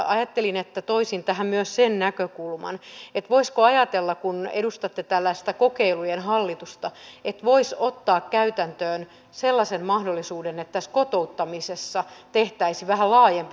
ajattelin että toisin tähän myös sen näkökulman että voisiko ajatella kun edustatte tällaista kokeilujen hallitusta että voisi ottaa käytäntöön sellaisen mahdollisuuden että kotouttamisessa tehtäisiin vähän laajempi kuntakokeilu